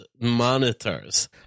monitors